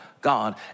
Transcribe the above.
God